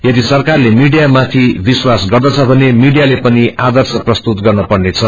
यदि सरकारले मीडियामाथि विश्वास गर्दछ भने मीडियाले पनि आद्रश प्रस्तुत गर्नपर्नेछ